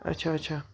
اچھا اچھا